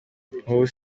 nkubu